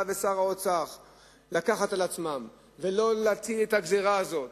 ושר האוצר לקחת על עצמם ולא להטיל את הגזירה הזאת,